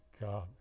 God